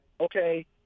okay